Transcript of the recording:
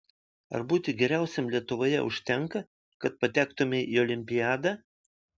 ar būti geriausiam lietuvoje užtenka kad patektumei į olimpiadą